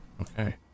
Okay